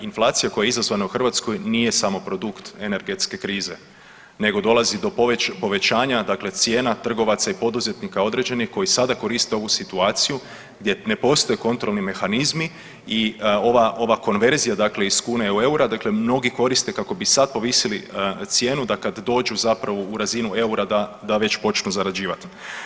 Inflacija koja je izazvana u Hrvatskoj, nije samo produkt energetske krize nego dolazi do povećanja, dakle cijena trgovaca i poduzetnika određenih koji sada koriste ovu situaciju gdje ne postoje kontrolni mehanizmi i ova konverzija, dakle iz kune u euro, dakle mnogi koriste kako bi sad povisili cijenu da kad dođu zapravo u razinu eura da već počnu zarađivati.